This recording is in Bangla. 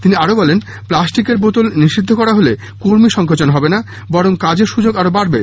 তিনি আরো বলেন প্লাস্টিকের বোতল নিষিদ্ধ করা হলে কর্মীসংকোচন হবে না বরং কাজের সুযোগ আরো বাড়বে